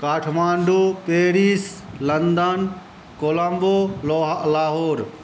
Kathmandu Paris London Colombo Lahore